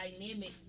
dynamic